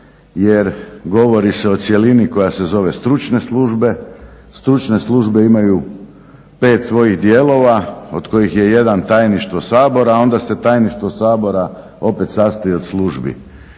jer govori se o cjelini koja se zove stručne službe. Stručne službe imaju 5 svojih dijelova, od kojih je jedan tajništvo Sabora onda se tajništvo Sabora opet sastoji od službi.